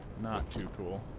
not too cool